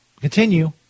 Continue